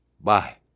Bye